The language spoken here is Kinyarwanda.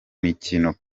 mikino